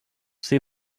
see